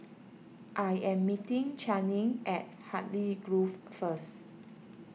I am meeting Channing at Hartley Grove first